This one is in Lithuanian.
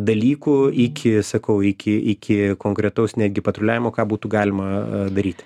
dalykų iki sakau iki iki konkretaus netgi patruliavimo ką būtų galima daryti